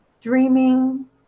Dreaming